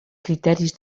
criteris